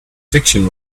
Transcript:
fiction